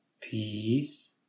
Peace